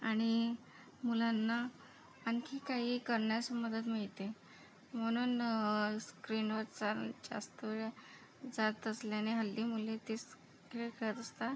आणि मुलांना आणखी काही करण्यास मदत मिळते म्हणून स्क्रीनवर चाल जास्त वेळ जात असल्याने हल्ली मुले तेच खेळ खेळत असता